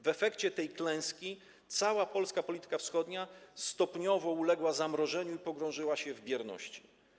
W efekcie tej klęski cała polska polityka wschodnia stopniowo uległa zamrożeniu i pogrążyła się w bierności.